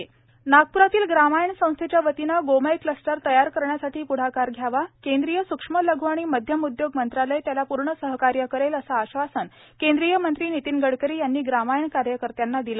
ग्रामायण नागप्रातील ग्रामायण या संस्थेच्या वतीनं गोमय क्लस्टर तयार करण्यासाठी प्ढाकार घ्यावा केंद्रीय सुक्ष्म लघ् आणि मध्यम उदयोग मंत्रालय त्याला पूर्ण सहकार्य करेल असं आश्वासन केंद्रीय मंत्री नितीन गडकरी यांनी ग्रामायण कार्यकर्त्यांना दिलं